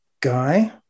guy